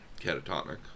catatonic